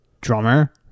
drummer